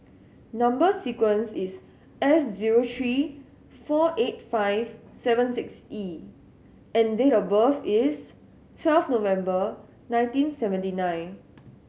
number sequence is S zero three four eight five seven six E and date of birth is twelve November nineteen seventy nine